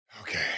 Okay